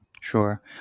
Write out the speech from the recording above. sure